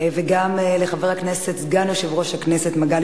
וגם לחבר הכנסת סגן יושב-ראש הכנסת מגלי